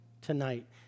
tonight